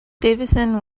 davison